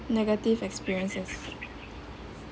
negative experiences